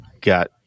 Got